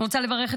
אני רוצה לברך את